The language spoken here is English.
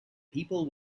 people